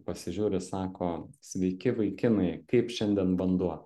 pasižiūri sako sveiki vaikinai kaip šiandien vanduo